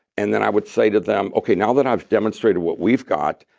and then i would say to them, okay, now that i've demonstrated what we've got,